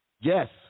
Yes